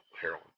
heroin